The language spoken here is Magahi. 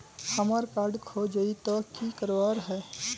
हमार कार्ड खोजेई तो की करवार है?